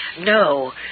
No